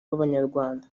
b’abanyarwanda